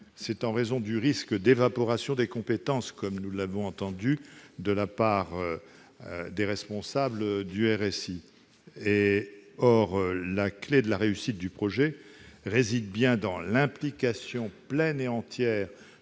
c'est en raison du risque d'évaporation des compétences, pour reprendre une expression entendue lors de l'audition des responsables du RSI. Or, la clef de la réussite du projet réside bien dans l'implication pleine et entière